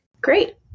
Great